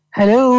Hello